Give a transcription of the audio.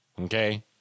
Okay